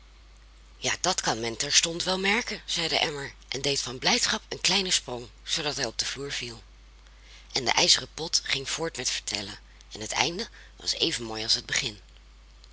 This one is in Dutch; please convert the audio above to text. ja dat kan men terstond wel merken zei de emmer en deed van blijdschap een kleinen sprong zoodat hij op den vloer viel en de ijzeren pot ging voort met vertellen en het einde was even mooi als het begin